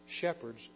shepherds